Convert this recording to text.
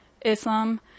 Islam